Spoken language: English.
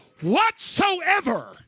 whatsoever